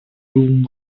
room